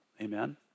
Amen